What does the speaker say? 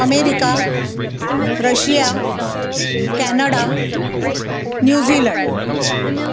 America Russia Canada New Zealand